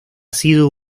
sido